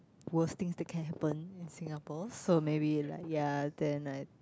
worst things that can happen in Singapore so maybe like ya then I